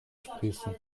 sprießen